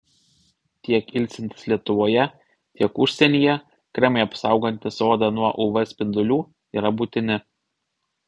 tiek ilsintis lietuvoje tiek užsienyje kremai apsaugantys odą nuo uv spindulių yra būtini